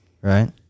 right